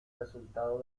resultado